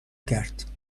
کرد